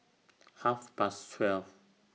Half Past twelve